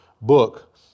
book